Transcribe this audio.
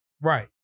Right